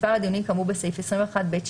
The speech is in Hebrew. מספר הדיונים כאמור בסעיף 21(ב)(2)